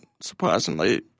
surprisingly